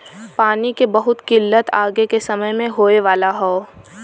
पानी के बहुत किल्लत आगे के समय में होए वाला हौ